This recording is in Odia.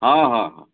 ହଁ ହଁ ହଁ